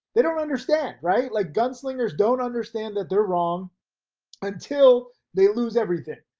they don't understand, right? like gunslingers don't understand that they're wrong until they lose everything.